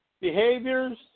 behaviors